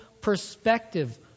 perspective